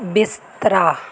ਬਿਸਤਰਾ